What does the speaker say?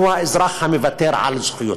שהוא אזרח המוותר על זכויותיו.